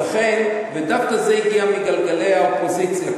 וזה דווקא הגיע מגלגלי האופוזיציה,